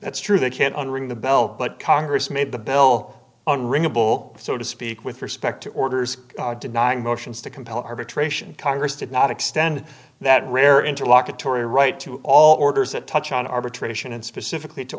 that's true they can't unring the bell but congress made the bell on renewable so to speak with respect to orders denying motions to compel arbitration congress did not extend that rare interlocutory right to all orders that touch on arbitration and specifically to